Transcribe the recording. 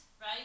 right